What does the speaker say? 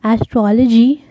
Astrology